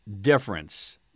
difference